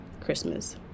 Christmas